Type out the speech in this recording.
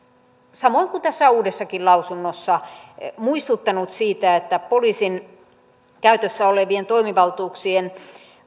samoin kuin tässä uudessakin lausunnossa muistuttanut siitä että poliisin käytössä olevien toimivaltuuksien